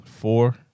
four